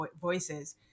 voices